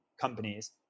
companies